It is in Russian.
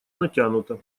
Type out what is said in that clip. натянута